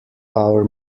our